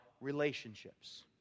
relationships